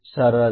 सरल